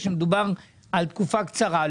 כשמדובר על תקופה קצרה?